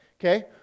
Okay